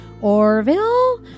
Orville